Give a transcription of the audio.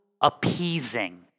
appeasing